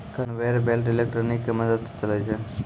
conveyor belt electric के मदद स चलै छै